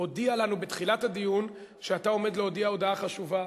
הודיע לנו בתחילת הדיון שאתה עומד להודיע הודעה חשובה.